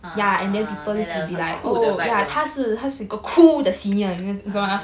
uh like 很酷的 vibe uh